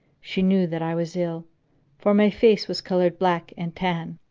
she knew that i was ill for my face was coloured black and tan.